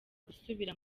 gusubira